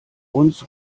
uns